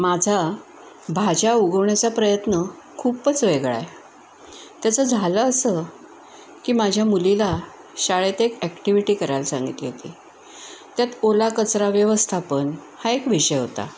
माझा भाज्या उगवण्याचा प्रयत्न खूपच वेगळा आहे त्याचं झालं असं की माझ्या मुलीला शाळेत एक ॲक्टिव्हिटी करायला सांगितली होती त्यात ओला कचरा व्यवस्थापन हा एक विषय होता